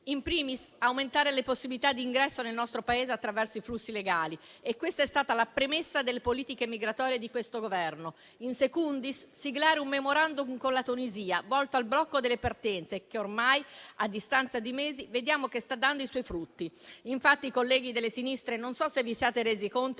*In primis*, aumentare le possibilità di ingresso nel nostro Paese attraverso i flussi legali; questa è stata la premessa delle politiche migratorie di questo Governo. *In secundis*, siglare un *memorandum* con la Tunisia volto al blocco delle partenze, che ormai, a distanza di mesi, vediamo che sta dando i suoi frutti. Infatti, colleghi delle sinistre, non so se vi siate resi conto